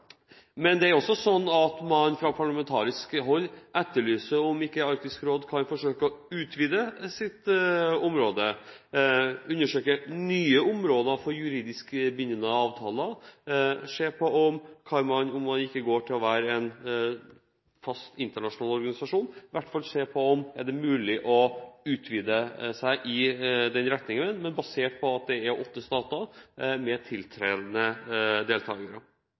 forsøke å utvide sitt område, undersøke nye områder for juridisk bindende avtaler. Man kan, om det ikke blir en fast, internasjonal organisasjon, i hvert fall se på om det er mulig med en utvidelse i denne retningen, basert på at det er åtte stater – med tiltredende deltakere.